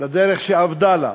לדרך שאבדה לה.